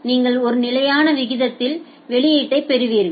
நீங்கள் ஒரு நிலையான விகிதத்தில் வெளியீட்டைப் பெறுவீர்கள்